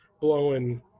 blowing